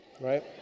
right